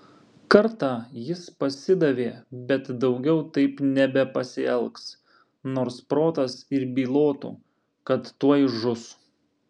kartą jis pasidavė bet daugiau taip nebepasielgs nors protas ir bylotų kad tuoj žus